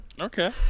okay